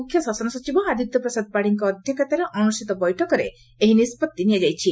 ମୁଖ୍ୟ ଶାସନ ସଚିବ ଆଦିତ୍ୟ ପ୍ରସାଦ ପାଢୀଙ୍କ ଅଧ୍ଧକ୍ଷତାରେ ଅନୁଷିତ ବୈଠକରେ ଏହି ନିଷ୍ବଭି ନିଆଯାଇଛି